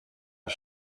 his